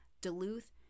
Duluth